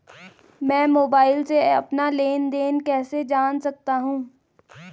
मैं मोबाइल से अपना लेन लेन देन कैसे जान सकता हूँ?